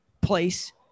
place